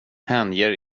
hänger